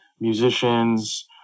musicians